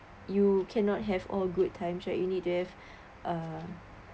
you cannot have all good times right you need to have uh